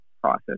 process